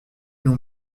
non